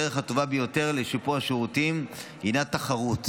הדרך הטובה ביותר לשיפור השירותים הינה תחרות.